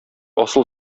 асыл